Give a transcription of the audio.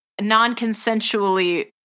non-consensually